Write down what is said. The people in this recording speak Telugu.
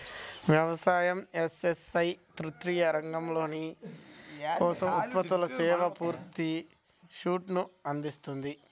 వ్యవసాయ, ఎస్.ఎస్.ఐ తృతీయ రంగ అవసరాల కోసం ఉత్పత్తులు, సేవల పూర్తి సూట్ను అందిస్తుంది